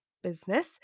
Business